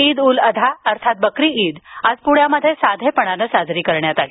ईद ऊल अधा अर्थात बकरी ईद आज प्ण्यात साधेपणाने साजरी करण्यात आली